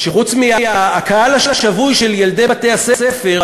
שחוץ מהקהל השבוי של ילדי בתי-הספר,